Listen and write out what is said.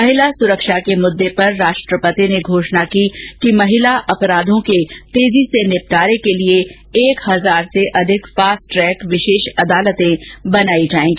महिला सुरक्षा के मद्दे पर राष्ट्रपति ने घोषणा की कि महिला अपराधों के तेजी से निपटारे के लिए एक हजार से अधि क फास्ट ट्रैक विशेष अदालतें बनाई जायेंगी